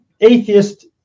Atheist